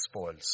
spoils